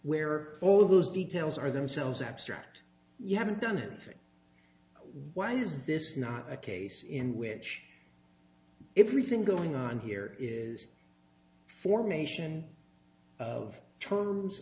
where all those details are themselves abstract you haven't done anything why is this not a case in which everything going on here is formation of terms